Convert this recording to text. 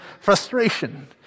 frustration